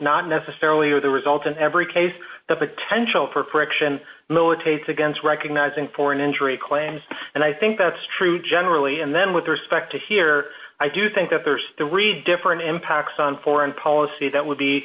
not necessarily are the result in every case the potential for correction militates against recognizing foreign injury claims and i think that's true generally and then with respect to here i do think that there's the re different impacts on foreign policy that would